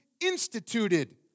instituted